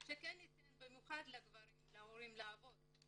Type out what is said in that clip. שייתן במיוחד לאבות הכוונה לגבי